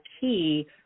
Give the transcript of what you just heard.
key